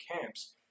camps